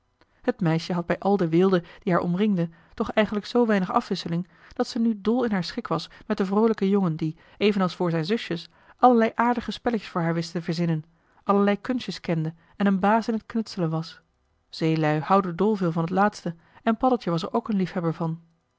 het meisje had bij al de weelde die haar omringde toch eigenlijk zoo weinig afwisseling dat ze nu dol in haar schik was met den vroolijken jongen die evenals voor zijn zusjes allerlei aardige spelletjes voor haar wist te verzinnen allerlei kunstjes kende en een baas in het knutselen was zeelui houden dolveel van het laatste en paddeltje was er ook een liefhebber van